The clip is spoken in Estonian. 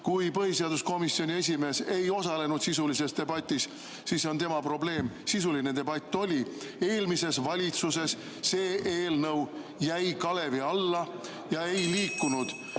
Kui põhiseaduskomisjoni esimees ei osalenud sisulises debatis, siis see on tema probleem. Sisuline debatt oli. Eelmises valitsuses see eelnõu jäi kalevi alla ja ei liikunud.